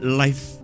life